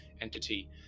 entity